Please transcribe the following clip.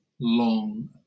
long